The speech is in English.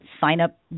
sign-up